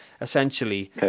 essentially